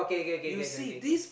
okay okay okay okay okay